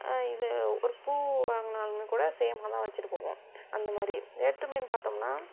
இது ஒரு பூ வாங்கினாலுமேக்கூட சேமாகதான் வச்சிகிட்டுப் போவோம் அந்த மாதிரி வேற்றுமையின்னு பார்த்தோம்னா